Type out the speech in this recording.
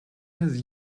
his